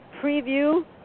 preview